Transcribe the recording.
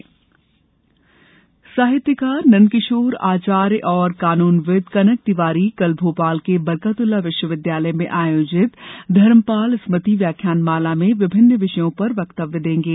व्याख्यानमाला साहित्यकार नंदकिशोर आचार्य और कानूनविद कनक तिवारी कल भोपाल के बरकतउल्ला विश्वविद्यालय में आयोजित धर्मपाल स्मृति व्याख्यानमाला में विभिन्न विषयों पर व्यक्तव देंगे